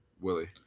Willie